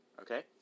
okay